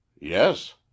Yes